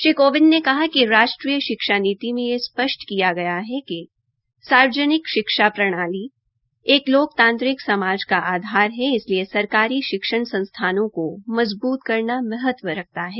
श्री कोविंद ने कहा कि राष्ट्रीय शिक्षा नीति में यह स्पष्ट किया गया है कि सार्वजनिक प्रणाली एक लोकतांत्रिक समाज का आधार है इसलिए सरकारी शिक्षण संस्थाओ को मजबूत करना महत्व रखता है